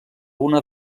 una